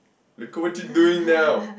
look at what you doing now